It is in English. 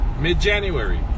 mid-January